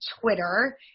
Twitter